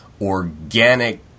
organic